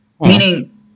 Meaning